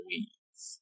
Weeds